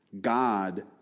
God